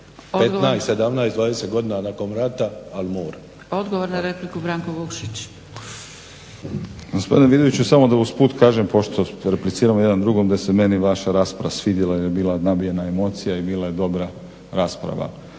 **Vukšić, Branko (Hrvatski laburisti - Stranka rada)** Gospodine Vidoviću samo da usput kažem pošto repliciramo jedan drugom da se meni vaša rasprava svidjela jer je bila nabijena emocijama i bila je dobra rasprava,